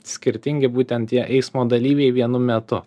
skirtingi būtent tie eismo dalyviai vienu metu